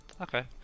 Okay